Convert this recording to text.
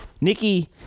Nikki